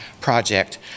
project